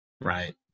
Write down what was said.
Right